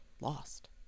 lost